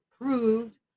approved